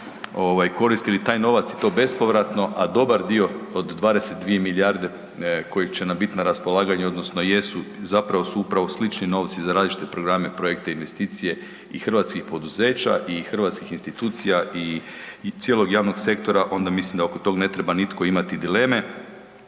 koristili taj novac i to bespovratno, a dobar dio od 22 milijarde koji će nam biti na raspolaganju, odnosno jesu, zapravo su upravo slični novci za različite programe, projekte i investicije i hrvatskih poduzeća i hrvatskih institucija i cijelog javnog sektora, onda mislim da oko tog ne treba nitko imati dileme,